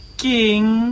king